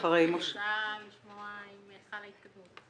אני רוצה לשמוע אם חלה התקדמות.